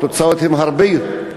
אתה צודק.